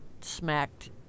smacked